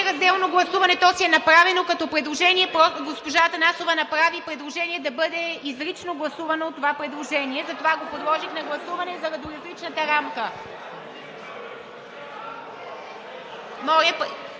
разделно гласуване, то си е направено като предложение. Госпожа Атанасова направи предложение да бъде изрично гласувано това предложение, затова го подложих на гласуване заради различната рамка.